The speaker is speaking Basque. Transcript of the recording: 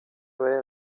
bere